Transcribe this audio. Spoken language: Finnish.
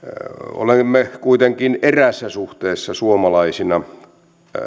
olemme kuitenkin eräässä suhteessa suomalaisina